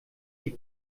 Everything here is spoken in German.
die